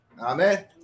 Amen